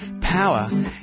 Power